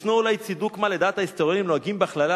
"ישנו אולי צידוק-מה לדעת ההיסטוריונים הנוהגים בהכללה